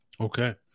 Okay